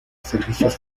servicios